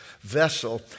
vessel